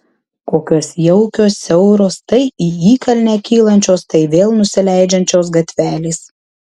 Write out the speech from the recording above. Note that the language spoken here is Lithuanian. kokios jaukios siauros tai į įkalnę kylančios tai vėl nusileidžiančios gatvelės